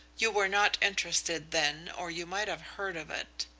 you were not interested then or you might have heard of it.